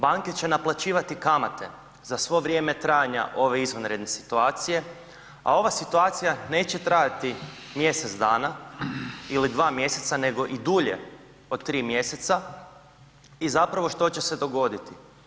Banke će naplaćivati kamate za svo vrijeme trajanja ove izvanredne situacije, a ova situacija neće trajati mjesec dana ili dva mjeseca, nego i dulje od 3 mjeseca i zapravo što će se dogoditi?